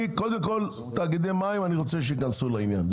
קודם כול, אני רוצה שתאגידי מים ייכנסו לעניין.